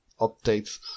updates